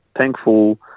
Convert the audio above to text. thankful